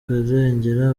kurengera